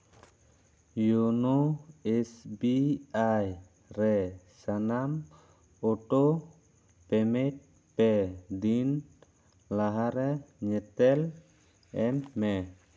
YONO S B I ᱨᱮ ᱥᱟᱱᱟᱢ auto payment ᱯᱮ ᱫᱤᱱ ᱞᱟᱦᱟᱨᱮ ᱧᱮᱛᱮᱞ ᱮᱢ ᱢᱮ